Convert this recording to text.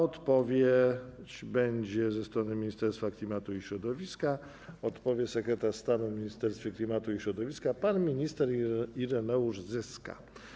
Odpowiedź będzie ze strony Ministerstwa Klimatu i Środowiska, odpowie sekretarz stanu w Ministerstwie Klimatu i Środowiska pan minister Ireneusz Zyska.